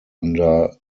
under